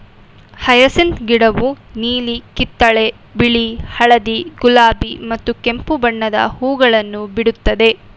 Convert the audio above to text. hyacinth ಗಿಡವು ನೀಲಿ, ಕಿತ್ತಳೆ, ಬಿಳಿ, ಹಳದಿ, ಗುಲಾಬಿ ಮತ್ತು ಕೆಂಪು ಬಣ್ಣದ ಹೂಗಳನ್ನು ಬಿಡುತ್ತದೆ